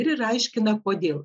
ir aiškina kodėl